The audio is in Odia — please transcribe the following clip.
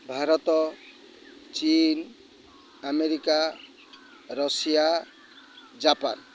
ଭାରତ ଚୀନ୍ ଆମେରିକା ରଷିଆ ଜାପାନ୍